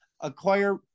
acquire